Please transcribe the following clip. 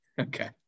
okay